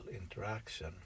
interaction